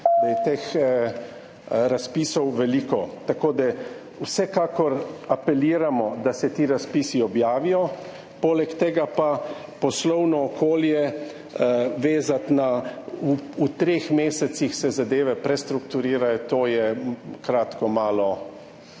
da je teh razpisov veliko. Vsekakor apeliramo, da se ti razpisi objavijo. Poleg tega pa poslovno okolje vezati na … V treh mesecih se zadeve prestrukturirajo, to je kratko malo